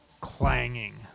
clanging